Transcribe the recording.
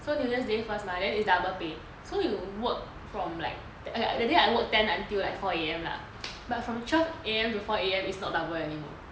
so new year's day first mah so it's double pay so you work from like that day I work ten until like four A_M lah but from twelve A_M to four A_M is not double anymore